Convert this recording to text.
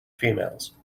females